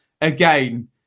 Again